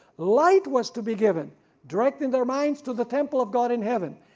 light was to be given directing their minds to the temple of god in heaven,